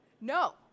No